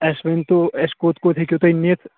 اَسہِ ؤنۍ تو اَسہِ کوٚت کوٚت ہیٚکِو تُہۍ نِتھ